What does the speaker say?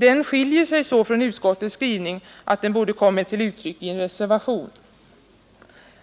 så skiljer sig från utskottets skrivning att den borde ha kommit till uttryck i en reservation.